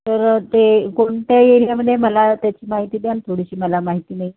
तर ते कोणत्या एरियामध्ये मला त्याची माहिती द्याल थोडीशी मला माहिती नाही